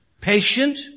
patient